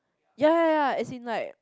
ya ya ya as in like